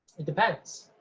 it depends.